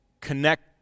connect